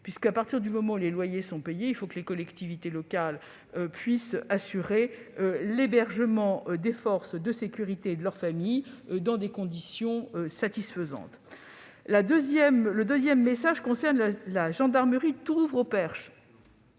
dès lors que les loyers sont payés, il faut que les collectivités locales puissent assurer l'hébergement des forces de sécurité et de leurs familles dans des conditions satisfaisantes. Le deuxième message concerne la gendarmerie de Tourouvre-au-Perche,